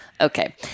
Okay